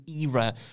era